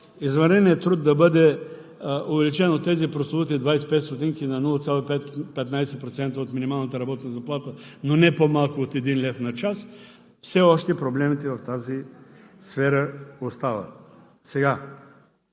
извънредният труд да бъде увеличен от тези прословути 25 стотинки на 0,15% от минималната работна заплата, но не по-малко от един лев на час – все още проблемите в тази сфера остават.